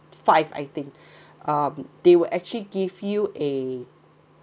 five I think um they will actually give you uh